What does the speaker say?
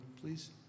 please